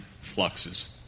fluxes